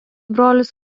brolis